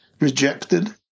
rejected